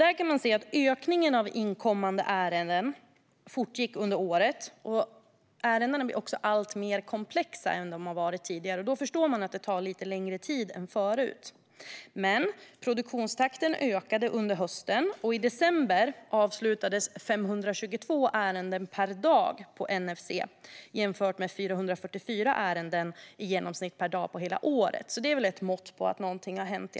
Där kan man se att ökningen av inkommande ärenden fortgick under året och att ärendena också blev mer komplexa än de har varit tidigare. Då förstår man att det tar lite längre tid än tidigare. Men produktionstakten ökade under hösten, och i december avslutades 522 ärenden per dag på NFC jämfört med 444 ärenden i genomsnitt per dag på hela året. Det är ändå ett mått på att någonting har hänt.